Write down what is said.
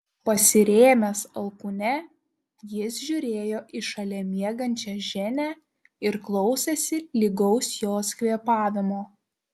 pasirėmęs alkūne jis žiūrėjo į šalia miegančią ženią ir klausėsi lygaus jos kvėpavimo